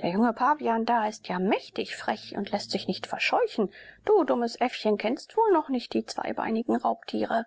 der junge pavian da ist ja mächtig frech und läßt sich nicht verscheuchen du dummes äffchen kennst wohl noch nicht die zweibeinigen raubtiere